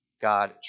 God